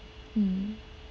mm